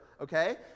okay